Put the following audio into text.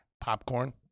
Popcorn